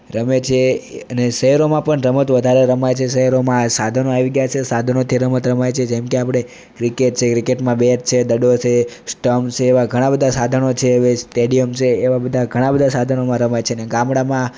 રમે છે અને શહેરોમાં પણ રમત વધારે રમાય છે શહેરોમાં સાધનો આવી ગયાં છે સાધનોથી રમત રમાય છે જેમકે આપણે ક્રિકેટ છે ક્રિકેટમાં બેટ છે દડો છે સ્ટંપ છે એવા ઘણા બધા સાધનો છે હવે સ્ટેડિયમ છે એવા ઘણા બધા સાધનોમાં રમાય છે ને ગામડામાં